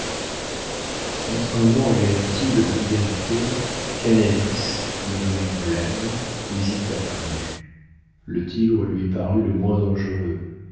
entre un ange et un tigre irrité canalis devenu blême n'hésita plus le tigre lui parut le moins dangereux